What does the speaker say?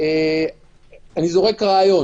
אני זורק רעיון